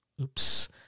Oops